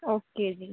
okay ਜੀ